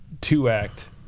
two-act